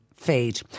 fade